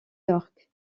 york